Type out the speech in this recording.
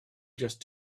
just